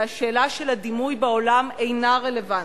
והשאלה של הדימוי בעולם אינה רלוונטית.